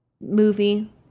movie